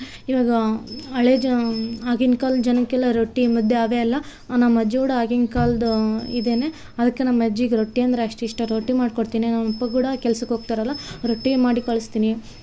ಈವಾಗ ಹಳೆ ಜನ ಆಗಿನ ಕಾಲದ ಜನಕ್ಕೆಲ್ಲ ರೊಟ್ಟಿ ಮುದ್ದೆ ಅವೇ ಎಲ್ಲ ನಮ್ಮ ಅಜ್ಜಿ ಕೂಡ ಆಗಿನ ಕಾಲ್ದು ಇದೇನೇ ಅದಕ್ಕೆ ನಮ್ಮ ಅಜ್ಜಿಗೆ ರೊಟ್ಟಿ ಅಂದರೆ ಅಷ್ಟು ಇಷ್ಟ ರೊಟ್ಟಿ ಮಾಡಿಕೊಡ್ತೀನಿ ನಮ್ಮ ಅಪ್ಪಕೂಡ ಕೆಲ್ಸಕ್ಕೆ ಹೋಗ್ತಾರಲ್ಲ ರೊಟ್ಟಿ ಮಾಡಿ ಕಳಿಸ್ತೀನಿ